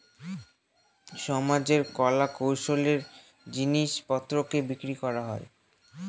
সমাজে কলা কৌশলের জিনিস পত্রকে বিক্রি করা হয়